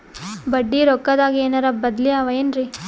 ಬಡ್ಡಿ ರೊಕ್ಕದಾಗೇನರ ಬದ್ಲೀ ಅವೇನ್ರಿ?